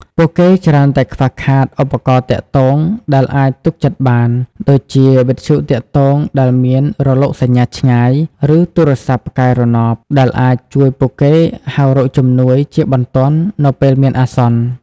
ពួកគេច្រើនតែខ្វះខាត ឧបករណ៍ទាក់ទង ដែលអាចទុកចិត្តបាន ដូចជាវិទ្យុទាក់ទងដែលមានរលកសញ្ញាឆ្ងាយ ឬទូរស័ព្ទផ្កាយរណប ដែលអាចជួយពួកគេហៅរកជំនួយជាបន្ទាន់នៅពេលមានអាសន្ន។